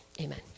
amen